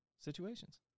situations